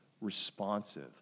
responsive